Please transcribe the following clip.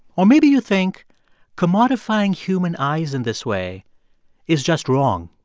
or maybe you think commodifying human eyes in this way is just wrong.